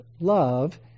love